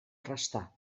arrestar